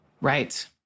Right